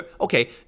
Okay